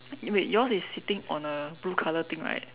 wait yours is sitting on a blue color thing right